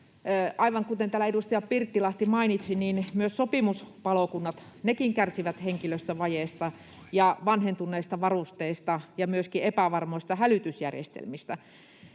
Aivan kuten täällä edustaja Pirttilahti mainitsi, myös sopimuspalokunnat kärsivät henkilöstövajeesta ja vanhentuneista varusteista ja myöskin epävarmoista hälytysjärjestelmistä.